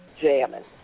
jamming